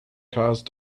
cause